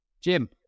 Jim